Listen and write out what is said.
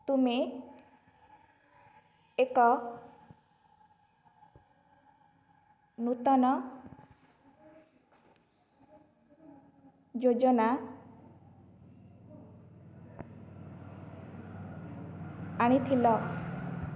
ତୁମେ ଏକ ନୂତନ ଯୋଜନା ଆଣିଥିଲ